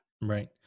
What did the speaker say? right